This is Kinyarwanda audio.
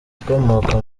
ukomoka